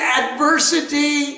adversity